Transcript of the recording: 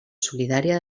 solidària